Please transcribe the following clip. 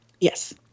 Yes